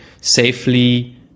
safely